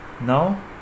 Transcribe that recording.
Now